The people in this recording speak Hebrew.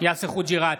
יאסר חוג'יראת,